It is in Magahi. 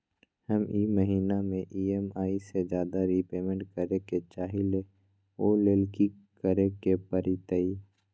हम ई महिना में ई.एम.आई से ज्यादा रीपेमेंट करे के चाहईले ओ लेल की करे के परतई?